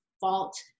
fault